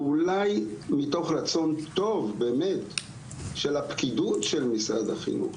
כי אולי מתוך רצון טוב באמת של הפקידות של משרד החינוך,